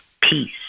peace